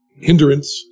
hindrance